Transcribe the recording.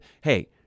hey